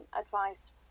advice